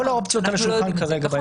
נכון, אנחנו לא יודעים כרגע.